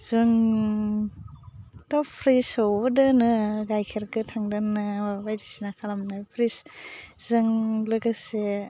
जोंथ' फ्रेसावबो दोनो गायखेर गोथां दोननो माबा बायदिसिना खालामनाय फ्रिस जों लोगोसे